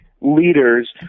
leaders